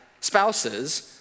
spouses